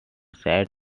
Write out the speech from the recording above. said